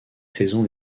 saisons